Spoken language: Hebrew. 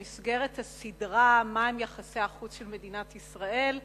במסגרת הסדרה מהם יחסי החוץ של מדינת ישראל,